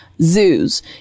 Zoos